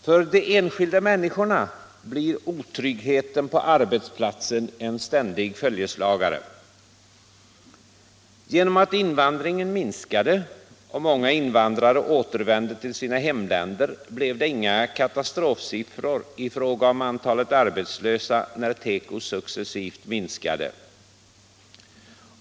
För de enskilda människorna blir otryggheten på arbetsplatsen en ständig följeslagare. Genom att invandringen minskade och många invandrare återvände till sina hemländer blev det inga katastrofsiffror för antalet arbetslösa, när tekoindustrin successivt minskade.